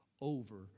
over